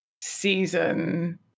season